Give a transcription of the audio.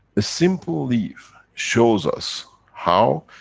a simple leaf shows us how,